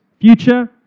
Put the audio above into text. future